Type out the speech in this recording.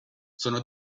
sono